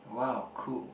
wow cool